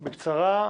בקצרה,